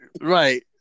right